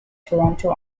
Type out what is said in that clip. toronto